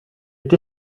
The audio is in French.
est